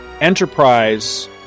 enterprise